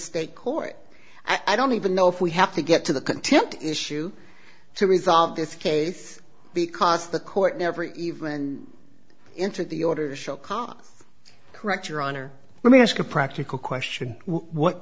state court i don't even know if we have to get to the contempt issue to resolve this case because the court never even entered the order show cause correct your honor let me ask a practical question what